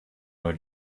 her